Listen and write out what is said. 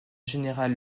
général